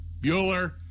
Bueller